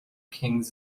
king